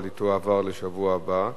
אבל היא תועבר לשבוע הבא.